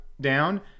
down